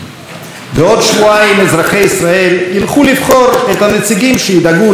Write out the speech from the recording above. בעוד שבועיים אזרחי ישראל ילכו לבחור את הנציגים שידאגו לניקיון,